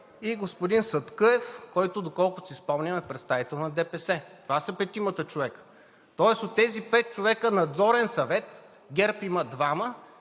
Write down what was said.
и господин Садкъев, който, доколкото си спомням, е представител на ДПС. Това са петимата човека. Тоест от тези пет човека Надзорен съвет, ГЕРБ има двама,